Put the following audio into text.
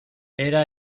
era